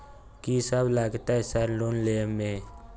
कि सब लगतै सर लोन लय में?